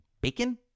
bacon